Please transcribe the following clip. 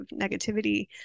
negativity